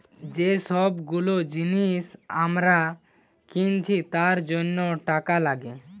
যে সব গুলো জিনিস আমরা কিনছি তার জন্য টাকা লাগে